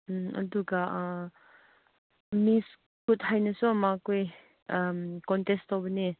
ꯎꯝ ꯑꯗꯨꯒ ꯃꯤꯁꯨ ꯊꯥꯏꯅꯁꯨ ꯑꯃꯨꯛ ꯑꯩꯈꯣꯏ ꯀꯣꯟꯇꯦꯁ ꯇꯧꯕꯅꯦ